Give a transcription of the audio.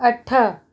अठ